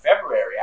February